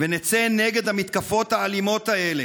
ונצא נגד המתקפות האלימות האלה,